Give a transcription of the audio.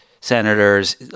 senators